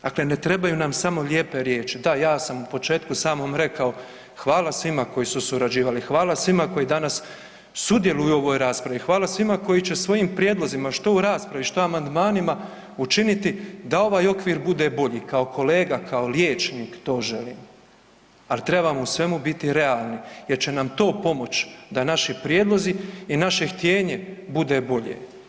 Dakle, ne trebaju nam samo lijepe riječi, da ja sam u početku samom rekao hvala svima koji su surađivali, hvala svima koji danas sudjeluju u ovoj raspravi, hvala svima koji će svojim prijedlozima, što u raspravi, što u amandmanima, učiniti da ovaj okvir bude bolji, kao kolega, kao liječnik to želim, al trebamo u svemu biti realni jer će nam to pomoć da naši prijedlozi i naše htjenje bude bolje.